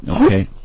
okay